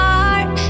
heart